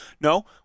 no